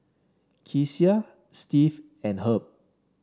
Kecia Steve and Herb